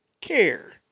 care